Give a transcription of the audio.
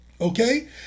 Okay